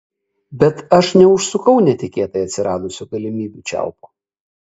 bet aš neužsukau netikėtai atsiradusių galimybių čiaupo